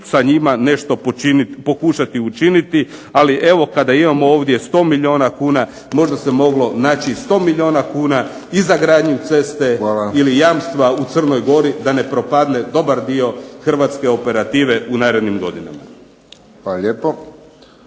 sa njima nešto pokušati učiniti, ali evo kada imamo ovdje 100 milijuna kuna, možda se moglo naći 100 milijuna kuna i za gradnju ceste ili jamstva u Crnoj gori da ne propadne dobar dio Hrvatske operative u narednim godinama. **Friščić,